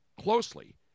closely